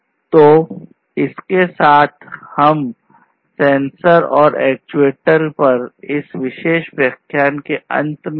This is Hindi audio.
तो इसके साथ हम सेंसर और एक्ट्यूएटर्स पर इस विशेष व्याख्यान के अंत में आते हैं